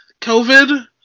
COVID